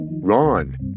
Ron